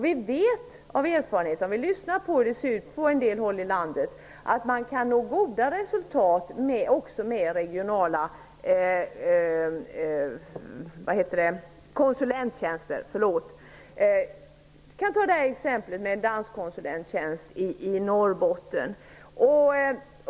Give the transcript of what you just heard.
Vi vet av erfarenhet från en del håll i landet att man kan nå goda resultat också med regionala konsulenttjänster. Jag kan ta som exempel en danskonsulent i Norrbotten.